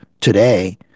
today